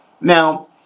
Now